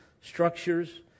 structures